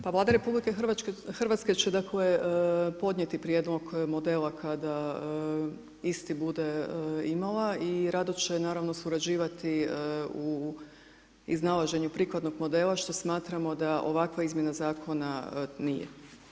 Pa Vlada Republike Hrvatske će dakle, podnijeti prijedlog modela kada isti bude imala i rado će naravno surađivati u iznalaženju prikladnog modela što smatramo da ovakva izmjena zakona nije.